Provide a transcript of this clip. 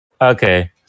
Okay